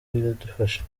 biradufasha